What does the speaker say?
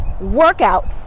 workout